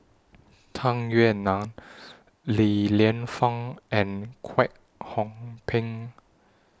Tung Yue Nang Li Lienfung and Kwek Hong Png